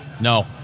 No